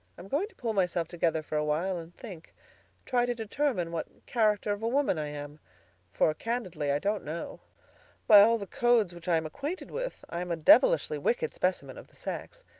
i'm going to pull myself together for a while and think try to determine what character of a woman i am for, candidly, i don't know by all the codes which i am acquainted with, i am a devilishly wicked specimen of the sex.